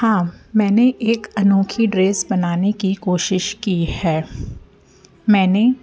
हाँ मैंने एक अनोखी ड्रेस बनाने की कोशिश की है मैंने